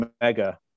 mega